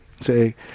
say